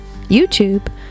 YouTube